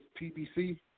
PBC